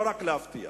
לא מספיק רק להבטיח.